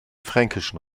fränkischen